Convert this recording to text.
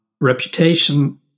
reputation